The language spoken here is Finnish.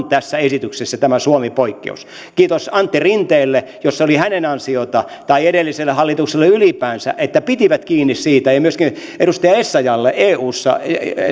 tässä esityksessä on tämä suomi poikkeus kiitos antti rinteelle jos se oli hänen ansiotaan tai edelliselle hallitukselle ylipäänsä että pitivät kiinni siitä ja myöskin edustaja essayahlle eussa